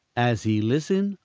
as he listened,